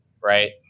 right